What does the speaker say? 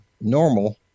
normal